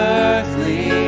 earthly